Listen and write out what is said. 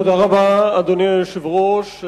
תודה רבה, אדוני היושב-ראש.